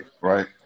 right